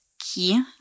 key